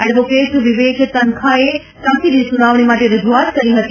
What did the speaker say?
advocate Vivek તનખાએ તાકીદે સુનાવણી માટે રજૂઆત કરી હતી